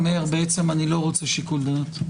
פעם ראשונה שאני רואה ששר אומר: בעצם אני לא רוצה שיקול דעת.